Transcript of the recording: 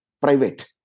private